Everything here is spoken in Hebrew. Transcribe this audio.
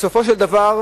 בסופו של דבר,